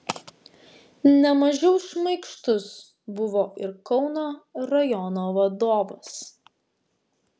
ne mažiau šmaikštus buvo ir kauno rajono vadovas